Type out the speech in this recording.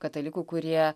katalikų kurie